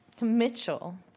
Mitchell